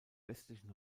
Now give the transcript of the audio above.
westlichen